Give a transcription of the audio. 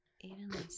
Evenly